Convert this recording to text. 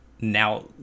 now